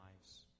lives